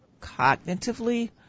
cognitively